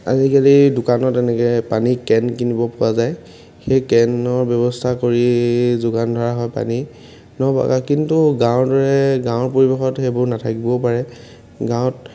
আজিকালি দোকানত এনেকৈ পানীৰ কেন কিনিব পোৱা যায় সেই কেনৰ ব্যৱস্থা কৰি যোগান ধৰা হয় পানী কিন্তু গাঁৱৰ দৰে গাঁৱৰ পৰিৱেশত সেইবোৰ নাথাকিবও পাৰে গাঁৱত